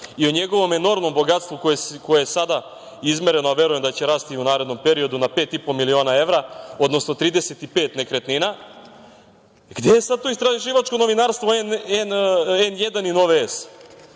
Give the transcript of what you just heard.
i o njegovom enormnom bogatstvu koje je sada izmereno, a verujem da će rasti i u narednom periodu na pet i po miliona evra, odnosno 35 nekretnina, gde je sad to istraživačko novinarstvo N1 i Nove S?